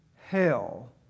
hell